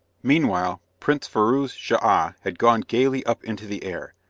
meanwhile, prince firouz schah had gone gaily up into the air,